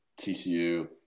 TCU